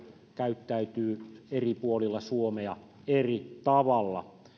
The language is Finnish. käyttäytyy eri puolilla suomea eri tavalla